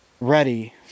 ready